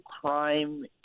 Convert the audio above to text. crime